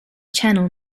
channel